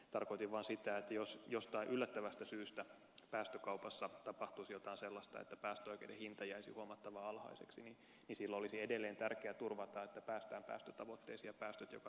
tarkoitin vaan sitä että jos jostain yllättävästä syystä päästökaupassa tapahtuisi jotain sellaista että päästöoikeuden hinta jäisi huomattavan alhaiseksi niin silloin olisi edelleen tärkeä turvata että päästään päästötavoitteisiin ja päästöt joka tapauksessa vähenevät